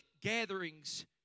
gatherings